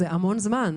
זה המון זמן.